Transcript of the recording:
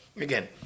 Again